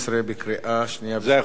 זה החוק האחרון שלי להיום.